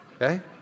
Okay